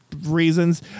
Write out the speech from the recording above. reasons